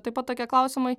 taip pat tokie klausimai